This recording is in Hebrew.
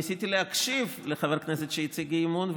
ניסיתי להקשיב לחבר הכנסת שהציג אי-אמון,